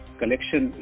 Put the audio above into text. collection